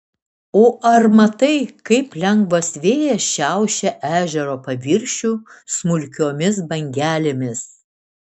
o ar matai kaip lengvas vėjas šiaušia ežero paviršių smulkiomis bangelėmis